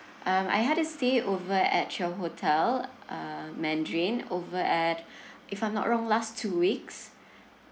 um I had to stay over at your hotel uh mandarin over at if I'm not wrong last two weeks